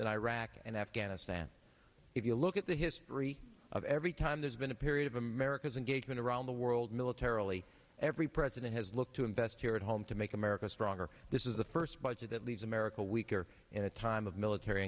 in iraq and afghanistan if you look at the history of every time there's been a period of america's engagement around the world militarily every president has looked to invest here at home to make america stronger this is the first budget that leaves america weaker in a time of military